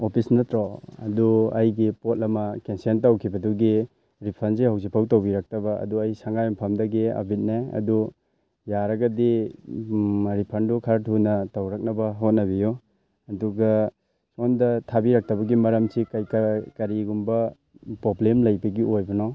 office ꯅꯠꯇ꯭ꯔꯣ ꯑꯗꯨ ꯑꯩꯒꯤ ꯄꯣꯠ ꯑꯃ ꯀꯦꯟꯁꯦꯟ ꯇꯧꯈꯤꯕꯗꯨꯒꯤ ꯔꯤꯐꯟꯁꯦ ꯍꯧꯖꯤꯛꯐꯥꯎ ꯇꯧꯕꯤꯔꯛꯇꯕ ꯑꯗꯣ ꯑꯩ ꯁꯪꯒꯥꯏꯌꯨꯝꯐꯝꯗꯒꯤ ꯑꯕꯤꯗꯅꯦ ꯑꯗꯣ ꯌꯥꯔꯒꯗꯤ ꯔꯤꯐꯟꯗꯨ ꯈꯔ ꯊꯨꯅ ꯇꯧꯔꯛꯅꯕ ꯍꯣꯠꯅꯕꯤꯌꯣ ꯑꯗꯨꯒ ꯁꯣꯝꯗ ꯊꯥꯕꯤꯔꯛꯇꯕꯒꯤ ꯃꯔꯝꯁꯤ ꯀꯔꯤꯒꯨꯝꯕ ꯄ꯭ꯔꯣꯕ꯭ꯂꯦꯝ ꯂꯩꯕꯒꯤ ꯑꯣꯏꯕꯅꯣ